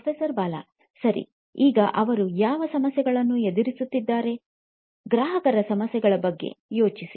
professor Bala ಸರಿ ಈಗ ಅವರು ಯಾವ ಸಮಸ್ಯೆಗಳನ್ನು ಎದುರಿಸುತ್ತಿದ್ದಾರೆ ಗ್ರಾಹಕರ ಸಮಸ್ಯೆಗಳ ಬಗ್ಗೆ ಯೋಚಿಸಿ